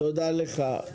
תודה לך.